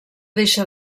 deixa